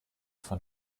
von